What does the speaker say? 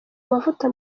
amavuta